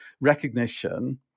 recognition